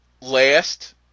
last